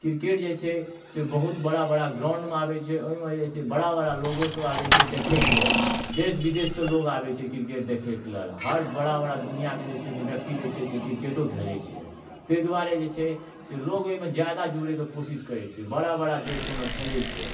cricket जे छै से बहुत बड़ा बड़ा ग्राउण्डमे आबैत छै ओहिमे जे छै बड़ा बड़ा लोगो सब आबैत छै देखैके लेल देश विदेशसँ लोग आबैत छै क्रिकेट देखैके लेल हर बड़ा बड़ा दुनिआँके जे से व्यक्ति जे छै से क्रिकेटो खेलै छै ताहि दुआरे जे छै से लोग ओहिमे जादा जुड़ैके कोशिश करैत छै बड़ा बड़ा देशो ओहिमे खेलैत छै